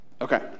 okay